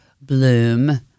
bloom